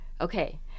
Okay